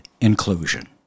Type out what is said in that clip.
inclusion